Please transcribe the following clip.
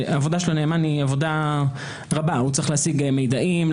ועבודת הנאמן היא רבה: הוא צריך להשיג מידעים,